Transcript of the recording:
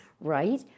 right